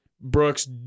Brooks